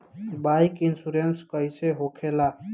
Bike insurance कैसे होखे ला?